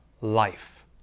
life